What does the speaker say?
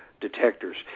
detectors